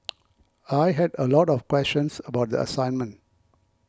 I had a lot of questions about the assignment